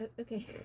Okay